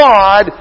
God